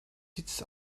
sitz